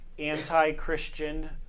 anti-christian